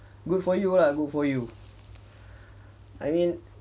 good for you lah good for you I mean